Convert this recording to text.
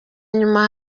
nyuma